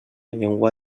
llengua